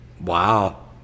Wow